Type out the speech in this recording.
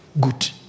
good